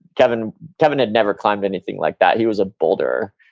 kevin kevin had never climbed anything like that. he was a boulder,